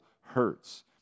hurts